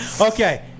Okay